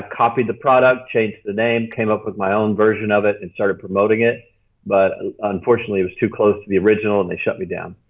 copied the product, changed the name, came up with my own version of it and started promoting it but ah unfortunately it was too close to the original and they shut me down.